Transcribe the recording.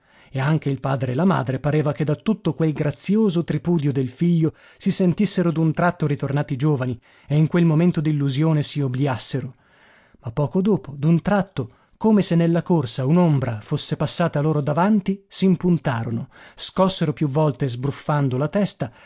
e anche il padre e la madre pareva che da tutto quel grazioso tripudio del figlio si sentissero d'un tratto ritornati giovani e in quel momento d'illusione si obliassero ma poco dopo d'un tratto come se nella corsa un'ombra fosse passata loro davanti s'impuntarono scossero più volte sbruffando la testa